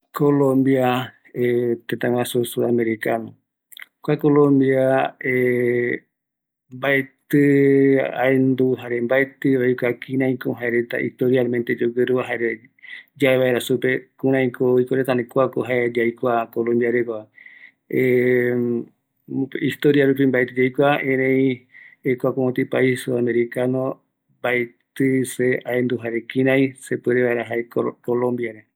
Kua tëtä sud americano, mbaetɨete añete aikuakavi kua tëtäregua, jaeñoma jaikua jaeko tëtä ikavigueva, jukuraï oikovaera mbaetɨ yaikua mbaeko oiporara jare añavërupi oiko vaera kua tëtä ikaviguerupi